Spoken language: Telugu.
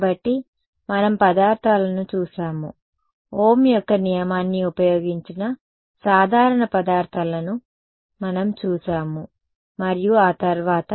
కాబట్టి మేము పదార్థాలను చూశాము ఓం యొక్క నియమాన్ని ఉపయోగించిన సాధారణ పదార్థాలను మనం చూశాము మరియు ఆ తర్వాత